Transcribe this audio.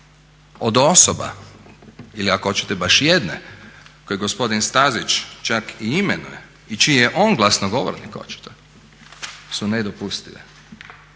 od osoba ili kako hoćete baš jedne koji je gospodin Stazić čak i imenuje, i čiji je on glasnogovornik očito su nedopustive.